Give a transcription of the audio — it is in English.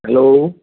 hello